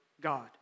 God